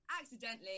Accidentally